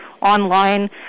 online